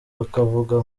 bakavuga